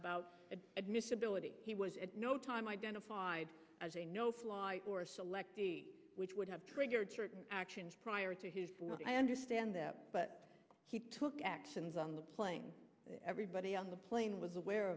about admissibility he was at no time identified as a no fly or select which would have triggered certain actions prior to his i understand that but he took actions on the plane everybody on the plane was aware